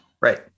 Right